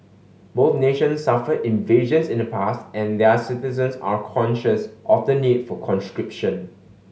both nations suffered invasions in the past and their citizens are conscious of the need for conscription